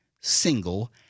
single